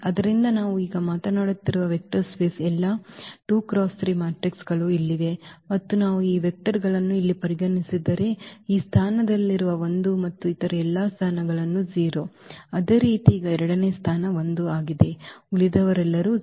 ಆದ್ದರಿಂದ ನಾವು ಮಾತನಾಡುತ್ತಿರುವ ವೆಕ್ಟರ್ ಸ್ಪೇಸ್ದ ಎಲ್ಲಾ 2 × 3 ಮ್ಯಾಟ್ರಿಕ್ಗಳು ಇಲ್ಲಿವೆ ಮತ್ತು ನಾವು ಈ ವೆಕ್ಟರ್ ಗಳನ್ನು ಇಲ್ಲಿ ಪರಿಗಣಿಸಿದರೆ ಈ ಸ್ಥಾನದಲ್ಲಿರುವ 1 ಮತ್ತು ಇತರ ಎಲ್ಲಾ ಸ್ಥಾನಗಳು 0 ಅದೇ ರೀತಿ ಈಗ ಎರಡನೇ ಸ್ಥಾನ 1 ಆಗಿದೆ ಉಳಿದವರೆಲ್ಲರೂ 0